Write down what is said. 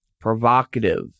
provocative